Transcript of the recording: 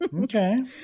Okay